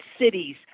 cities